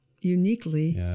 uniquely